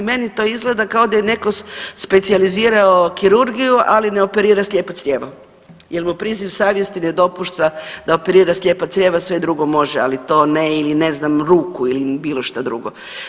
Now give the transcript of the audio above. Meni to izgleda kao da je neko specijalizirao kirurgiju, ali ne operira slijepo crijevo jel mu priziv savjesti ne dopušta da operira slijepo crijevo, a sve drugo može, ali to ne ili ne znam ruku ili bilo šta drugo.